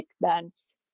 bands